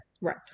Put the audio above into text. right